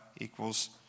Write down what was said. equals